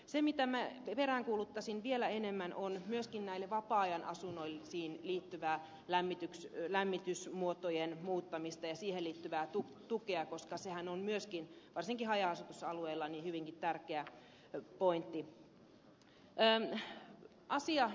se mitä minä peräänkuuluttaisin vielä enemmän on myöskin vapaa ajanasuntoihin liittyvä lämmitysmuotojen muuttaminen ja siihen liittyvä tuki koska sehän on myös varsinkin haja asutusalueilla hyvinkin tärkeä pointti